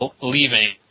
leaving